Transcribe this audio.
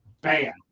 bam